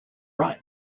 right